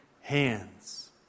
hands